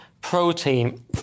protein